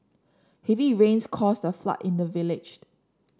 heavy rains caused a flood in the village